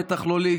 בטח לא לי,